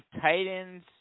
Titans